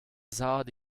zad